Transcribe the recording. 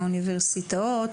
מהאוניברסיטאות,